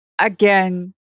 Again